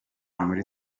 muri